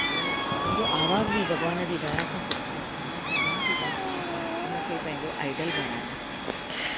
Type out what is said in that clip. ऐं मुंहिंजो आवाज़ बि भॻिवान जी दया सां सुठो आहे मां चाहियां थी त मां उनसां उनखे पंहिंजो आइडल बणायां